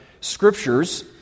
scriptures